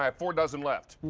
um four dozen left.